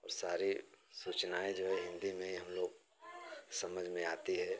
और सारी सूचनाएं जो है हिन्दी में ही हम लोग समझ में आती हैं